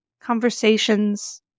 conversations